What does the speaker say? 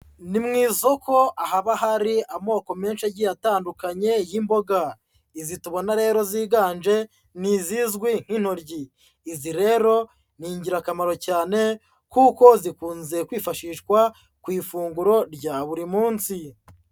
Ni mu isoko, ahaba hari amoko menshi agiye atandukanye y'imboga. Izi tubona rero ziganje ni izizwi nk'intoryi. Izi rero ni ingirakamaro cyane kuko zikunze kwifashishwa ku ifunguro rya buri munsi.